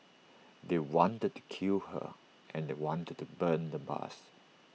they wanted to kill her and they wanted to burn the bus